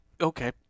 Okay